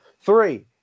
Three